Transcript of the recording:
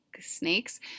snakes